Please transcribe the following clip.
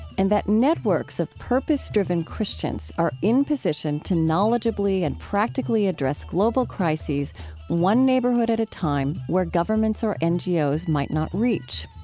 and that networks of purpose-driven christians are in position to knowledgeably and practically address global crises one neighborhood at a time, where governments or ngos might not reach.